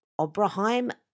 Obraheim